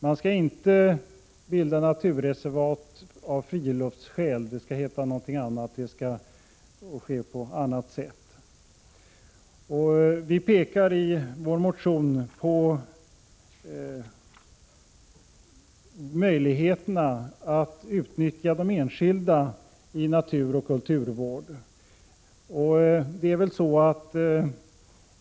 Man skall inte bilda 131 naturreservat av friluftsskäl. Det skall heta något annat och ske på annat sätt. Vi pekar i vår motion på möjligheterna att utnyttja de enskilda i naturoch kulturvård.